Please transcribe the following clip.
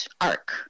arc